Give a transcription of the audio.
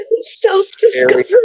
Self-discovery